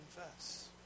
confess